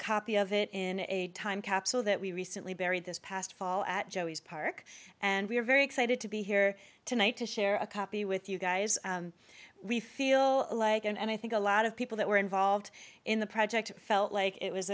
copy of it in a time capsule that we recently buried this past fall at joey's park and we're very excited to be here tonight to share a copy with you guys we feel like and i think a lot of people that were involved in the project felt like it was